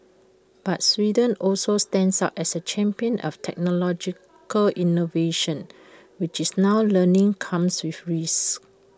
but Sweden also stands out as A champion of technological innovation which it's now learning comes with risks